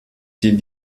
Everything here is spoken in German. die